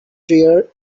dear